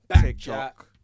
Tiktok